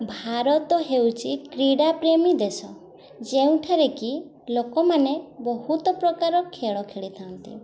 ଭାରତ ହେଉଛି କ୍ରୀଡ଼ା ପ୍ରେମୀ ଦେଶ ଯେଉଁଠାରେ କି ଲୋକମାନେ ବହୁତ ପ୍ରକାର ଖେଳ ଖେଳିଥାନ୍ତି